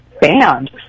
banned